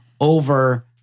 over